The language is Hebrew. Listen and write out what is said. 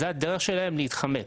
זאת הדרך שלהם להתחמק.